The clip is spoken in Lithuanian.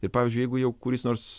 ir pavyzdžiui jeigu jau kuris nors